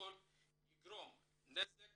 הפרוטוקול יגרום נזק